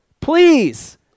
please